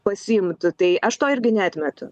pasiimtų tai aš to irgi neatmetu